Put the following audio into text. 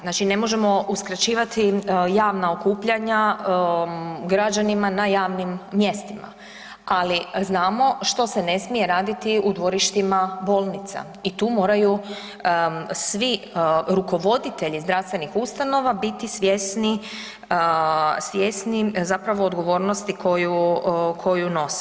Znači ne možemo uskraćivati javna okupljanja građanima na javnim mjestima, ali znamo što se ne smije raditi u dvorištima bolnica i tu moraju svi rukovoditelji zdravstvenih ustanova biti svjesni, svjesni zapravo odgovornosti koju nose.